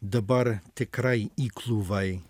dabar tikrai įkliuvai